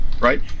right